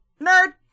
Nerd